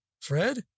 Fred